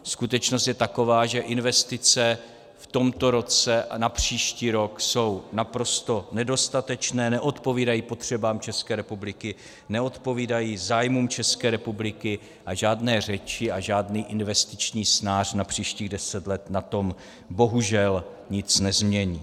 Skutečnost je taková, že investice v tomto roce a na příští rok jsou naprosto nedostatečné, neodpovídají potřebám České republiky, neodpovídají zájmům České republiky, a žádné řeči a žádný investiční snář na příštích deset let na tom bohužel nic nezmění.